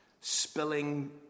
spilling